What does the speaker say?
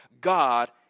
God